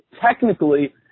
Technically